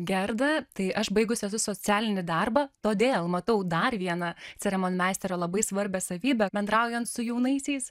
gerda tai aš baigus esu socialinį darbą todėl matau dar vieną ceremonmeisterio labai svarbią savybę bendraujant su jaunaisiais